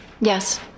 Yes